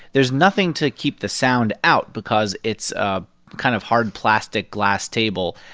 there's nothing to keep the sound out because it's a kind of hard plastic, glass table.